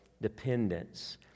dependence